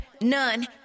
none